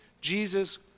Jesus